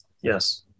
Yes